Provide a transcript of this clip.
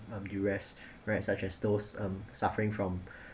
um U_S right such as those um suffering from